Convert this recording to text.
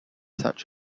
such